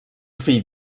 fill